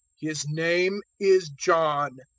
his name is john.